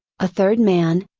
a third man,